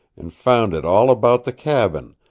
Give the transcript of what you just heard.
and found it all about the cabin,